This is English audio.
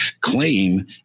claim